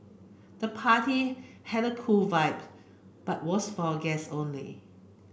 the party had a cool vibe but was for guest only